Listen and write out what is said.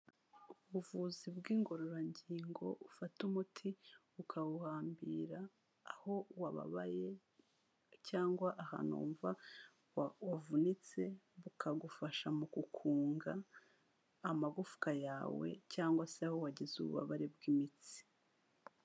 Ubuvuzi bw'ingororangingo, ufata umuti ukawuhambira aho wababaye cyangwa ahantu wumva wavunitse, bukagufasha mu kukunga amagufwa yawe, cyangwa se aho wagize ububabare bw'imitsi.